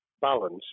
balance